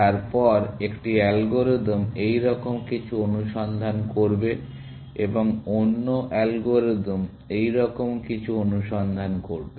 তারপর একটি অ্যালগরিদম এই রকম কিছু অনুসন্ধান করবে এবং অন্য অ্যালগরিদম এই রকম কিছু অনুসন্ধান করবে